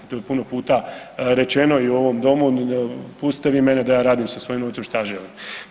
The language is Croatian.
To je puno puta rečeno i u ovom domu, pustite vi mene da ja radim sa svojim novcem šta ja želim.